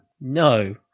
No